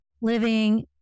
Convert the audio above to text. living